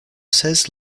ses